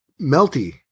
melty